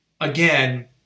again